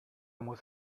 muss